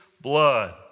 blood